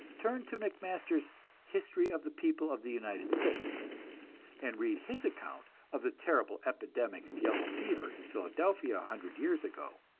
turn to mcmasters' history of the people of the united states and read his account of the terrible epidemic of yellow fever in philadelphia a hundred years ago